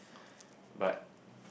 but